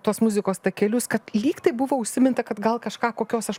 tos muzikos takelius kad lygtai buvo užsiminta kad gal kažką kokios aš